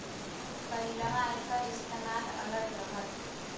पहिलवां एकर इस्तेमाल अलग रहल